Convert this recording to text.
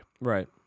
Right